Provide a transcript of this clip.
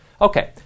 Okay